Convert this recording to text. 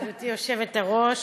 גברתי היושבת-ראש,